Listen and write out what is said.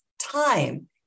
Time